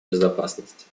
безопасности